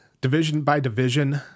division-by-division